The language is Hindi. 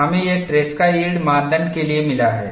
हमें यह ट्रेसका यील्डमानदंड के लिए मिला है